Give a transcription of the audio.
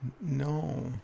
No